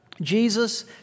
Jesus